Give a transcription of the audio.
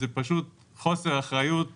זה פשוט חוסר אחריות משווע.